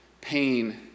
pain